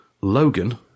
Logan